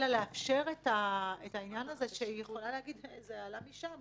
אלא לאפשר את העניין שהיא יכולה להגיד: זה עלה משם,